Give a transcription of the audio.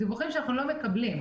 אלה דיווחים שאנחנו לא מקבלים.